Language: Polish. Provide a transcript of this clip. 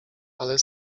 ale